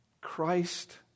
Christ